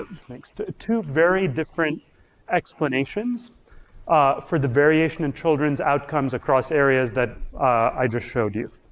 next, two two very different explanations for the variation in children's outcomes across areas that i just showed you.